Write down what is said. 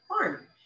farm